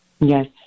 Yes